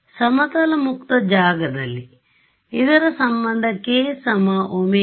ಸಮತಲ ಮುಕ್ತ ಜಾಗದಲ್ಲಿಇದರ ಸಂಬಂಧ k ω c